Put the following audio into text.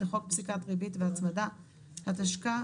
לחוק פסיקת ריבית והצמדה, התשכ"א-1961,